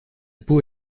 peau